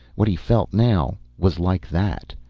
what he felt now was like that.